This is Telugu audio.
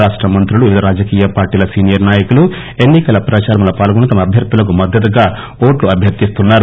రాష్ట మంత్రులు వివిధ రాజకీయ పార్టీల సీనియర్ నాయకులు ఎన్సికల ప్రచారంలో పాల్గొని తమ అభ్యర్థులకు మద్దతుగా ఓట్లు అభ్యర్థిస్తున్నారు